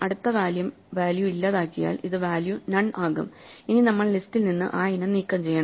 അടുത്ത വാല്യൂ ഇല്ലാതാക്കിയാൽ അത് വാല്യൂ നൺ ആകും ഇനി നമ്മൾ ലിസ്റ്റിൽ നിന്ന് ആ ഇനം നീക്കം ചെയ്യണം